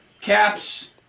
caps